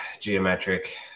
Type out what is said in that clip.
geometric